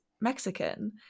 Mexican